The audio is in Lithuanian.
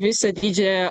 visą didžiąją